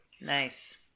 Nice